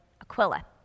Aquila